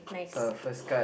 so our first card